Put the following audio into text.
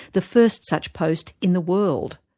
the first such post in the world.